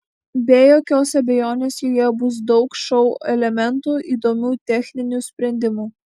be jokios abejonės joje bus daug šou elementų įdomių techninių sprendimų